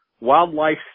Wildlife